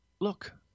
Look